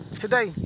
today